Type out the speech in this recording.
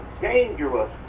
dangerous